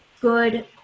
good